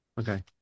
okay